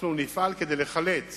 אנחנו נפעל כדי לחלץ